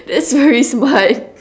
that's very smart